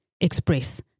express